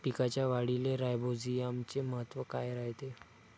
पिकाच्या वाढीले राईझोबीआमचे महत्व काय रायते?